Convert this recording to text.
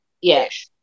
Yes